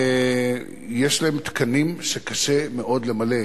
יש להם תקנים שקשה מאוד למלא,